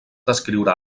descriure